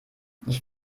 ich